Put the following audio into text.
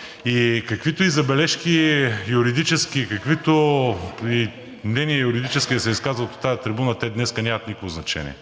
– каквито и юридически забележки, каквито и юридически мнения да се изказват от тази трибуна, те днес нямат никакво значение.